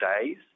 days